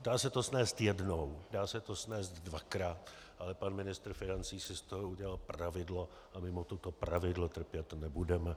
Dá se to snést jednou, dá se to snést dvakrát, ale pan ministr financí si z toho udělal pravidlo a my mu toto pravidlo trpět nebudeme.